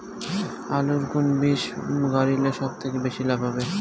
আলুর কুন বীজ গারিলে সব থাকি বেশি লাভ হবে?